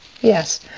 Yes